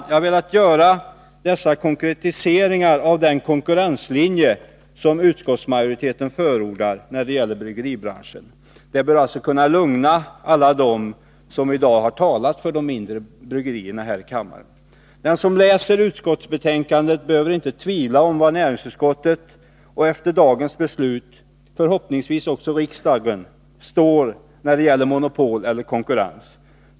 Jag har velat göra dessa konkretiseringar beträffande den konkurrenslinje som utskottsmajoriteten förordar när det gäller bryggeribranschen. Det bör alltså kunna lugna alla dem som i dag här i kammaren har talat för de mindre bryggerierna. Den som läser utskottsbetänkandet behöver inte tvivla på var näringsutskottet, och efter dagens beslut förhoppningsvis också riksdagen, står när det gäller monopol eller konkurrens.